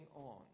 on